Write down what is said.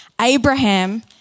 Abraham